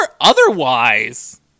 otherwise